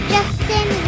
Justin